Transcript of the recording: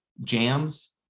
jams